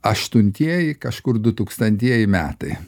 aštuntieji kažkur dutūkstantieji metai